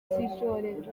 z’ibyorezo